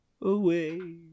away